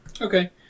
Okay